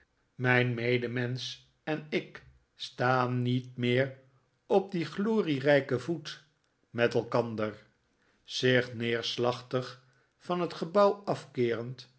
mijn medemensch en ik staan niet vreemde toestand van mijnheer micawber meer op dien glorierijken voet met elkander zich neerslachtig van het gebouw afkeerend